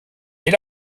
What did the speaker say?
est